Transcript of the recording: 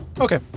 Okay